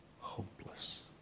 hopeless